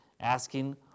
asking